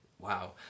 Wow